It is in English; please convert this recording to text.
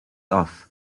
off